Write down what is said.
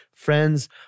Friends